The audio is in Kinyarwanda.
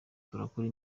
turakora